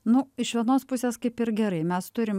nu iš vienos pusės kaip ir gerai mes turim